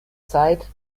zeit